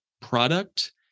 product